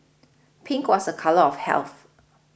pink was a colour of health